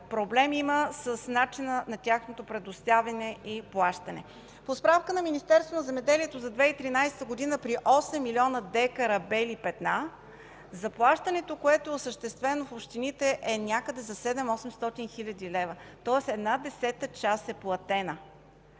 проблем с начина на тяхното предоставяне и плащане. По справка на Министерството на земеделието за 2013 г. при 8 млн. дка „бели петна” заплащането, което е осъществено в общините, е някъде за 700-800 хил. лв., тоест една десета част е платена.